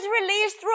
released